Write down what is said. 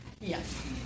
Yes